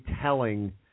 telling